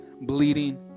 bleeding